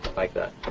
like that.